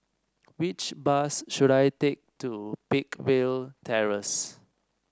which bus should I take to Peakville Terrace